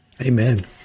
Amen